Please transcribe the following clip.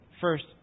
first